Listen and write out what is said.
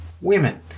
women